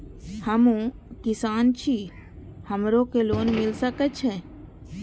हमू किसान छी हमरो के लोन मिल सके छे?